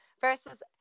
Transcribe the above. versus